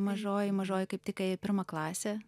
mažoji mažoji kaip tik ėjo į pirmą klasę